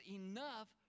enough